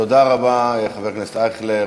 תודה רבה, חבר הכנסת אייכלר.